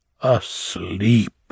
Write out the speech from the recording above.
asleep